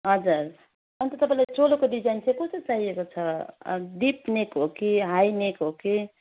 हजुर अन्त तपाईँलाई चोलोको डिजाइन चाहिँ कस्तो चाहिएको छ डिप नेक हो कि हाई नेक हो कि